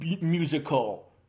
musical